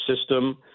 system